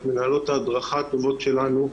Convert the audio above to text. את מנהלות ההדרכה הטובות שלנו,